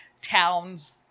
town's